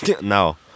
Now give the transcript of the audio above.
No